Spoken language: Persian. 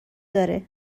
داره